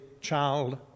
child